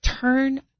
turn